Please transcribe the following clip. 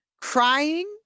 crying